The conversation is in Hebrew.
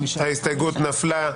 ההסתייגות נפלה.